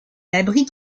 abrite